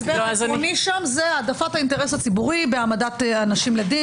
ההסבר העקרוני שם הוא העדפת האינטרס הציבורי בהעמדת אנשים לדין.